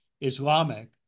Islamic